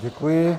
Děkuji.